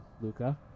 Luca